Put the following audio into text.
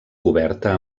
coberta